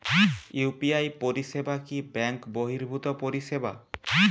UPI পরিসেবা কি bank বর্হিভুত পরিসেবা?